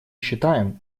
считаем